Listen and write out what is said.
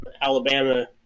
Alabama